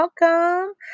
Welcome